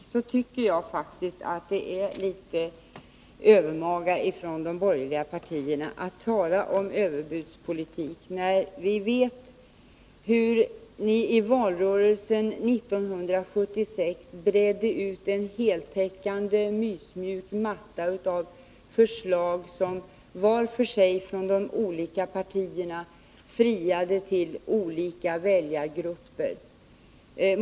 Jag tycker faktiskt att det är litet övermaga att de borgerliga partierna talar om överbudspolitik — när vi vet hur ni i valrörelsen 1976 bredde ut en heltäckande mysmjuk matta av förslag som vart för sig, från de olika partierna, friade till olika väljargrupper.